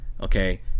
okay